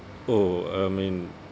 oh I mean